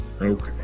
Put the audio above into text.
Okay